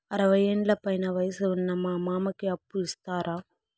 అరవయ్యేండ్ల పైన వయసు ఉన్న మా మామకి అప్పు ఇస్తారా